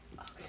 Okay